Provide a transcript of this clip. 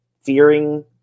fearing